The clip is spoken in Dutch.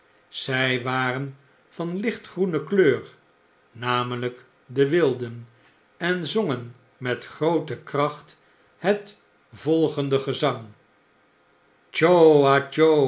zg waren van lichtgroene klcur namelgk de wilden en zongen met groote kracht het volgende gezang